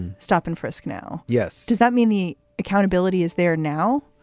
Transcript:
stop and frisk now. yes. does that mean the accountability is there now?